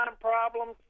problems